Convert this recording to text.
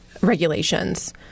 regulations